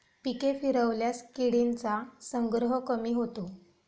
पिके फिरवल्यास किडींचा संग्रह कमी होतो